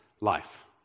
life